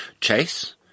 chase